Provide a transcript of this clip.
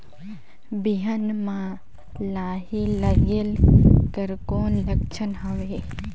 बिहान म लाही लगेक कर कौन लक्षण हवे?